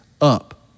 up